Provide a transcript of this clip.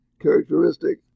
characteristic